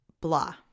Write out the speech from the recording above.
blah